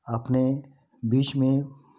अपने बीच में